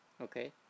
Okay